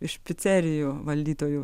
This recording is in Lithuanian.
iš picerijų valdytojų